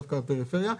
דווקא בפריפריה.